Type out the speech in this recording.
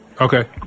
Okay